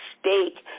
stake